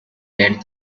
led